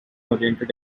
oriented